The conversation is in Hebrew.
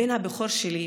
הבן הבכור שלי,